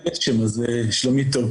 מקצועית צריך לשטוח את כל העובדות באופן מדויק.